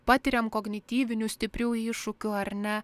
patiriam kognityvinių stiprių iššūkių ar ne